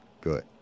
Good